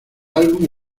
álbum